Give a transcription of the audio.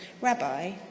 Rabbi